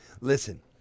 Listen